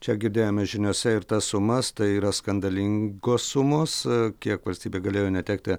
čia girdėjome žiniose ir tas sumas tai yra skandalingos sumos kiek valstybė galėjo netekti